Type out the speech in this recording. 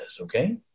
Okay